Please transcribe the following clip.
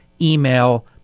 email